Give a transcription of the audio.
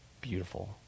beautiful